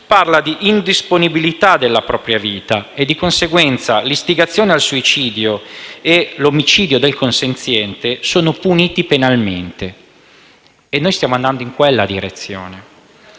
parla di indisponibilità della propria vita e, di conseguenza, l'istigazione al suicidio e l'omicidio del consenziente sono puniti penalmente. E noi stiamo andando in quella direzione.